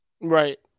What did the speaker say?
right